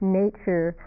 nature